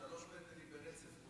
שלושה פנדלים ברצף,